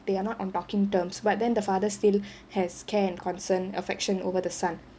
they are not on talking terms but then the father still has care and concern affection over the son